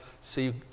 see